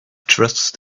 trust